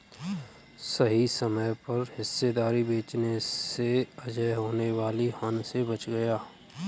सही समय पर हिस्सेदारी बेचने से अजय होने वाली हानि से बच गया